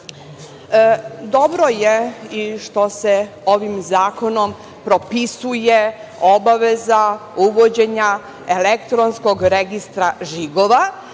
EU.Dobro je i što se ovim zakonom propisuje obaveza uvođenja elektronskog registra žigova